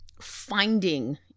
finding